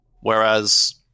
whereas